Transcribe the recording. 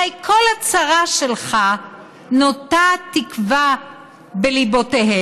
הרי כל הצהרה שלך נוטעת תקווה בליבותיהם,